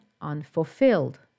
unfulfilled